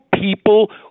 people